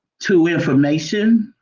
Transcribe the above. to information,